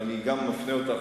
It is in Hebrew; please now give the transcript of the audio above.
ואני מפנה גם אותך,